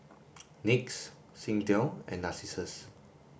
NYX Singtel and Narcissus